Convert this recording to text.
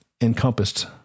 encompassed